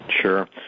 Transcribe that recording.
Sure